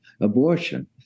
abortion